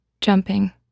jumping